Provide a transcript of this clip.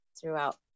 throughout